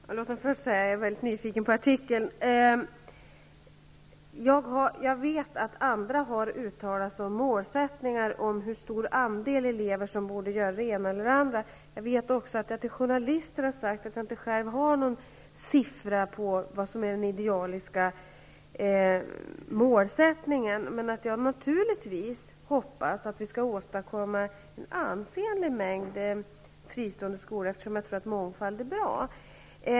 Herr talman! Låt mig först säga att jag är väldigt nyfiken på artikeln. Jag vet att andra har uttalat sig om målsättningen för hur stor andel elever som borde göra det ena eller det andra. Jag vet också att jag till journalister har sagt att jag själv inte har någon siffra på vad som är den idealiska målsättningen men att jag naturligtvis hoppas att vi kan åstadkomma en ansenlig mängd fristående skolor, eftersom jag tror att mångfald är bra.